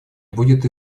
будет